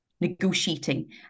negotiating